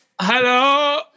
hello